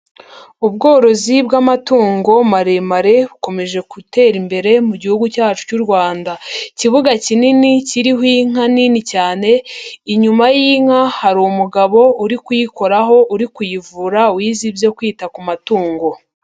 Ubworozi bw'amatungo maremare bukomeje gutera imbere mu gihugu cyacu cy'u Rwanda, ikibuga kinini kiriho inka nini cyane, inyuma y'inka hari umugabo uri kuyikoraho uri kuyivura wize ibyo kwita ku matungo.